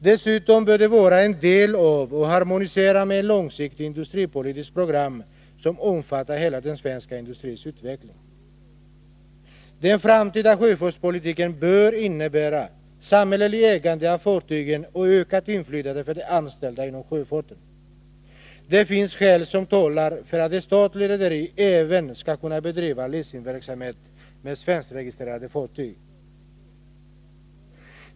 Dessutom bör det vara en del av och harmoniera med ett långsiktigt industripolitiskt program som omfattar hela den svenska industrins utveckling. Den framtida sjöfartspolitiken bör innebära samhälleligt ägande av fartygen och ökat inflytande för de anställda inom sjöfarten. Det finns skäl som talar för att ett statligt rederi även skall kunna bedriva leasingverksamhet med svenskregistrerade fartyg.